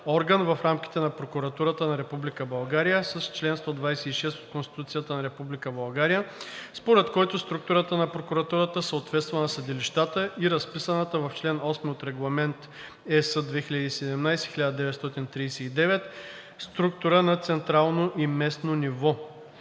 орган в рамките на Прокуратурата на Република България с чл. 126 от Конституцията на Република България, според който структурата на прокуратурата съответства на съдилищата, и разписаната в чл. 8 от Регламент (ЕС) 2017/1939 структура на централно и местно ниво.